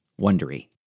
Wondery